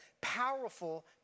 powerful